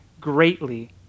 greatly